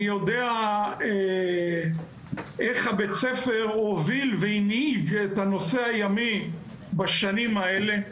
אני יודע איך בית הספר הוביל והנהיג את הנושא הימי בשנים האלה.